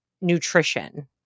nutrition